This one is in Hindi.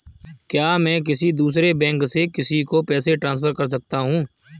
क्या मैं किसी दूसरे बैंक से किसी को पैसे ट्रांसफर कर सकता हूँ?